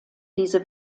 diese